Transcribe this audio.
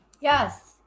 Yes